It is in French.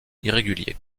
irrégulier